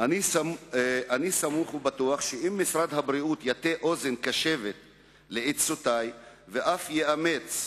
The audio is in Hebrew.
אני סמוך ובטוח שאם משרד הבריאות יטה אוזן קשבת לעצותי ואף יאמץ אותן,